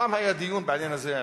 פעם היה דיון בעניין הזה,